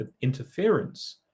interference